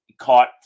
Caught